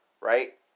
Right